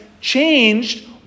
changed